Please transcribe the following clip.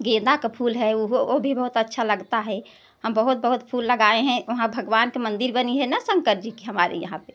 गेंदा क फूल है उहो वो भी बहुत अच्छा लगता है हम बहुत बहुत फूल लगाए हैं वहाँ भगवान के मंदिर बनी है न शंकर जी की हमारे यहाँ पर